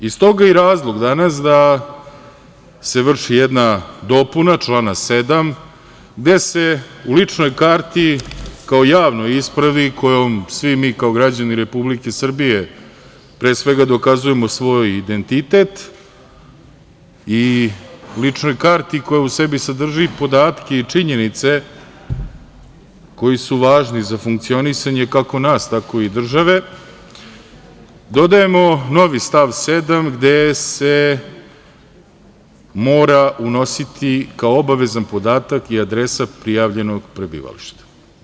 I stoga je razlog danas da se vrši jedna dopuna člana 7. gde se u ličnoj karti kao javnoj ispravi, kojom svi mi kao građani Republike Srbije, pre svega, dokazujemo svoj identitet, i ličnoj karti koja u sebi sadrži podatke i činjenice koji su važni za funkcionisanje kako nas, tako i države, dodajemo novi stav 7. gde se mora unositi kao obavezan podatak i adresa prijavljenog prebivališta.